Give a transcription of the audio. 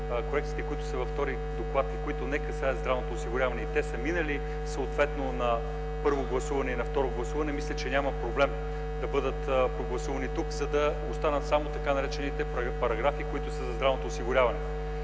които са във втория доклад, които не касаят здравното осигуряване и са минали съответно на първо и на второ гласуване, няма проблем да бъдат прогласувани тук, за да останат само така наречените параграфи, които са за здравното осигуряване.